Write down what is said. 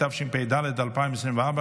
התשפ"ד 2024,